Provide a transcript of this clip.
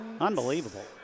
Unbelievable